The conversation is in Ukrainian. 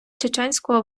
чеченського